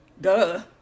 duh